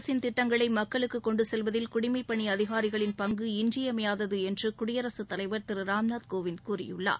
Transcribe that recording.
அரசின் திட்டங்களை மக்களுக்கு கொண்டு செல்வதில் குடிமைப் பணி அதிகாரிகளின் பங்கு இன்றியமையாதது என்று குடியரசுத் தலைவர் திரு ராம்நாத் கோவிந்த் கூறியுள்ளார்